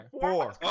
four